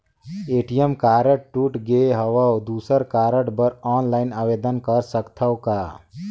ATM card टूट गे हववं दुसर कारड बर ऑनलाइन आवेदन कर सकथव का?